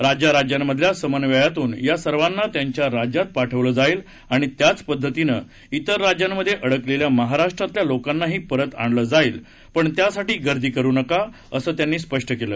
राज्याराज्यांमधल्या समन्वयातून या सर्वांना त्यांच्या राज्यात पाठवलं जाईल आणि त्याच पद्धतीनं इतर राज्यांमधे अडकलेल्या महाराष्ट्रातल्या लोकांनाही परत आणलं जाईल पण त्यासाठी गर्दी करू नका असं त्यांनी स्पष्ट केलं